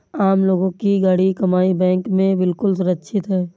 आम लोगों की गाढ़ी कमाई बैंक में बिल्कुल सुरक्षित है